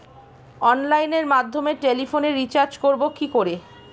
অনলাইনের মাধ্যমে টেলিফোনে রিচার্জ করব কি করে?